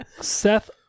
Seth